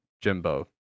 Jimbo